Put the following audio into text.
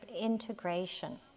integration